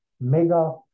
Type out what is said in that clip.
mega